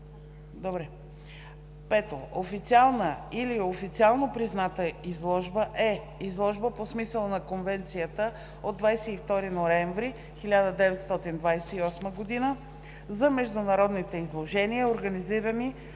конвенция. 5. „Официална или официално призната изложба“ е изложба по смисъла на Конвенцията от 22 ноември 1928 г. за международните изложения, организирани